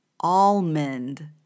almond